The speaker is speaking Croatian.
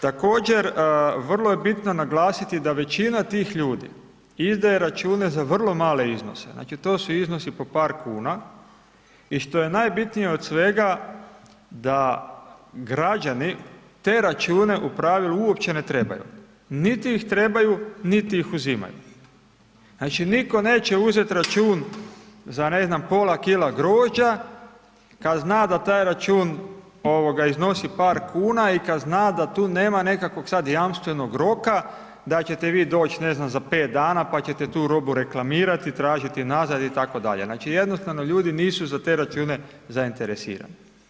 Također vrlo je bitno naglasiti da većina tih ljudi izdaje račune za vrlo male iznose, znači, to su iznosi po par kuna i što je najbitnije od svega da građani te račune u pravilu uopće ne trebaju, niti ih trebaju, niti ih uzimaju, znači, nitko neće uzeti račun za, ne znam, pola kila grožđa kad zna da taj račun iznosi par kuna i kad zna da tu nema nekakvog sad jamstvenog roka da ćete vi doć, ne znam, za 5 dana, pa ćete tu robu reklamirati i tražiti nazad itd., znači, jednostavno ljudi nisu za te račune zainteresirani.